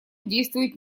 действует